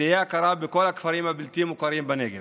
ותהיה הכרה בכל הכפרים הבלתי-מוכרים בנגב.